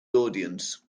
audience